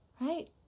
Right